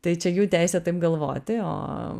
tai čia jų teisė taip galvoti o